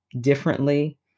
differently